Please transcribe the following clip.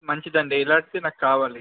మంచిది అండి ఇలాంటిదే నాకు కావాలి